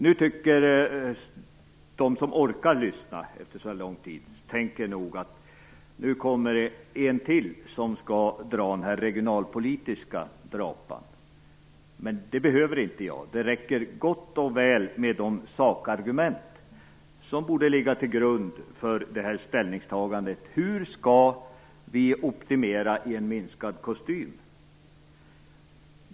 Nu tänker nog de som orkar lyssna efter så lång debattid att det här kommer en till som skall dra den regionalpolitiska drapan. Men det behöver jag inte. Det räcker gott och väl med de sakargument som borde ligga till grund för ställningstagandet hur vi skall optimera en minskad kostym.